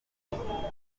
arwaye